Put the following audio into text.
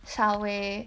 稍微